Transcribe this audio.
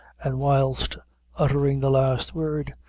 and whilst uttering the last word,